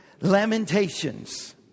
Lamentations